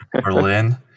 Berlin